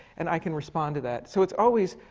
and i can respond to that. so it's always,